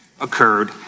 occurred